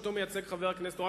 שאותו מייצג חבר הכנסת אורון,